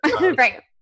right